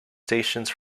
stations